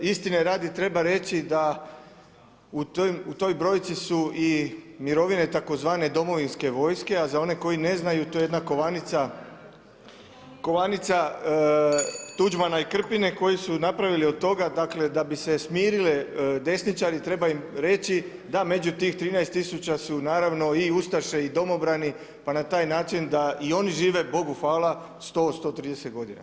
Istine radi, treba reći da u toj brojci su i mirovine tzv. domovinske vojske, a za one koji ne znaju, to je jedna kovanica, kovanica, Tuđmana i Krpine, koji su napravili od toga da bi se smirile desničari, treba im reći, da među tih 13 tisuća su naravno i ustaše i domobrani, pa na taj način da i oni žive Bogu hvala 100-130 g. Hvala.